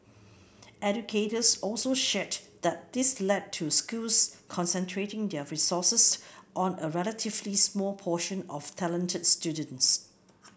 educators also shared that this led to schools concentrating their resources on a relatively small portion of talented students